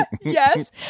yes